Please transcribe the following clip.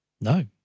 No